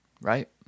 Right